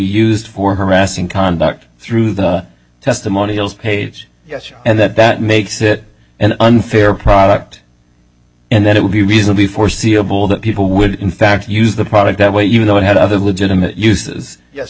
used for harassing conduct through the testimonials page yes and that that makes it an unfair product and that it would be reasonably foreseeable that people would in fact use the product that way you know it had other legitimate uses yes